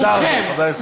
חזר בו, חבר הכנסת חזן.